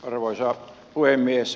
arvoisa puhemies